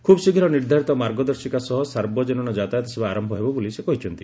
ଖୁବ୍ଶୀଘ୍ର ନିର୍ଦ୍ଧାରିତ ମାର୍ଗଦର୍ଶିକା ସହ ସାର୍ବଜନୀନ ଯାତାୟାତ ସେବା ଆରମ୍ଭ ହେବ ବୋଲି ସେ କହିଛନ୍ତି